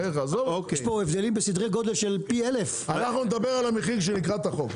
יש פה הבדלים בסדרי גודל של פי 1,000. אנחנו נדבר על המחיר לקראת החוק,